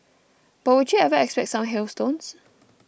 but would you ever expect some hailstones